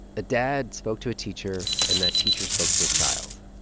a dad spoke to a teacher, and that teacher spoke to a child.